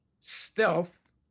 stealth